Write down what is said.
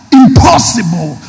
impossible